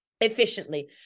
efficiently